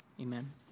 Amen